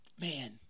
man